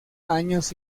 años